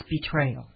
Betrayal